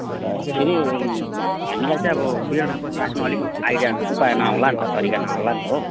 अन्त फेरि हामीलाई चाहिँ अब बियाड राख्नु अलिक आइडिया उपाय न आउला नि त तरिका न आउला नि त हो